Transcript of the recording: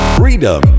freedom